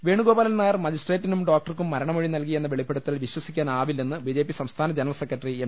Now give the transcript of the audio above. വേണുഗോപാലൻനായർ മജിസ്ട്രേറ്റിനും ഡോക്ടർക്കും മരണമൊഴി നൽകിയെന്ന വെളിപ്പെടുത്തൽ വിശ്വസിക്കാനാവില്ലെന്ന് ബിജെപി സംസ്ഥാന ജനറൽ സെക്രട്ടറി എം